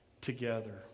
together